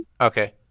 Okay